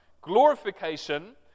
glorification